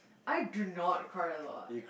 I do not cry a lot